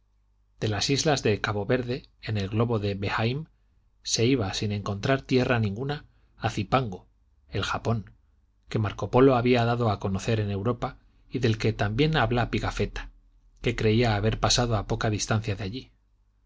de las islas de cabo verde en el globo de behaim se iba sin encontrar tierra ninguna a cipango el japón que marco polo había dado a conocer en europa y del que también habla pigafetta que creía haber pasado a poca distancia de allí